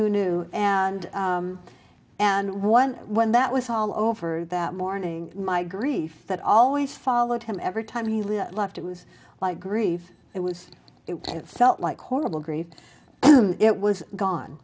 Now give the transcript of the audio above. who knew and and one when that was all over that morning my grief that always followed him every time he left it was like grief it was it felt like horrible grief it was gone